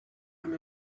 amb